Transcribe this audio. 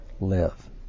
live